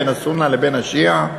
בין הסונה לבין השיעה?